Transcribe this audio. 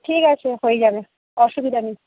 ঠিক আছে হয়ে যাবে অসুবিধা নেই